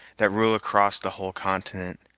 that rule across the whole continent.